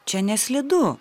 čia neslidu